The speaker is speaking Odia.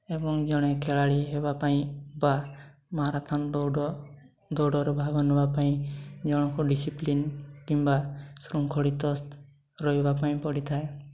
ଏବଂ ଜଣେ ଖେଳାଳି ହେବା ପାଇଁ ବା ମାରାଥନ୍ ଦୌଡ଼ ଦୌଡ଼ରୁ ଭାଗ ନବା ପାଇଁ ଜଣଙ୍କୁ ଡିସିପ୍ଲିନ୍ କିମ୍ବା ଶୃଙ୍ଖଳିତ ରହିବା ପାଇଁ ପଡ଼ିଥାଏ